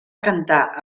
cantar